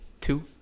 two